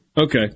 Okay